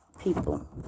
people